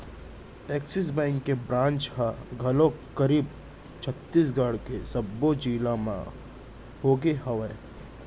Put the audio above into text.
Axis bank के branch ह घलोक करीब छत्तीसगढ़ के सब्बो जिला मन होगे हवय